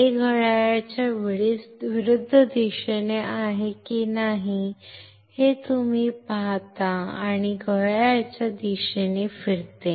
हे घड्याळाच्या विरुद्ध दिशेने आहे की नाही हे तुम्ही पाहता आणि हे घड्याळाच्या दिशेने फिरते